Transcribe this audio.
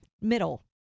middle